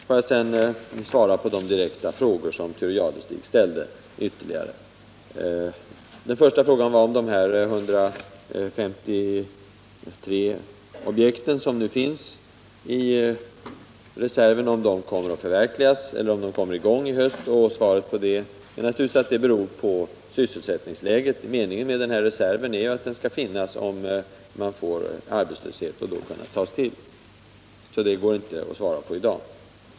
Låt mig vidare svara på de direkta ytterligare frågor som Thure Jadestig ställde. Den första frågan var om arbetet på de 153 objekt som nu finns i reserven kommer i gång i höst. Svaret är att det beror på sysselsättningsläget. Meningen med denna reserv är ju att den skall kunna tas i anspråk om det uppstår arbetslöshet. Därför kan man inte besvara den frågan i dag.